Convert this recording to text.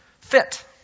fit